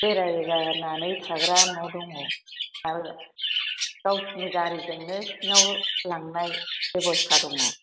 बेरायलाना नै थाग्रा न' दङ आर गावसिनि गारिजोंनो सिंङाव लांनाय बेबस्था दङ